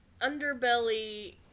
underbelly